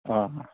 आं